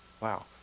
Wow